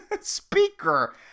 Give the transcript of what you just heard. speaker